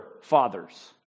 fathers